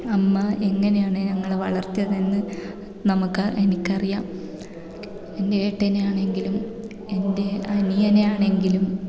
അമ്മ എങ്ങനെയാണ് ഞങ്ങളെ വളർത്തിയത് എന്ന് നമക്ക് എനിക്കറിയാം എൻ്റെ ഏട്ടനെയാണെങ്കിലും എൻ്റെ അനിയനെയാണെങ്കിലും